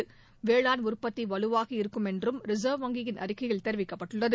reserve வேளாண் உற்பத்தி வலுவாக இருக்குமென்றும் வங்கியின் அறிக்கையில் தெரிவிக்கப்பட்டுள்ளது